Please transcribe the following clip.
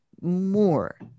more